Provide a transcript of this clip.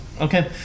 Okay